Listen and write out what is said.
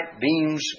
beams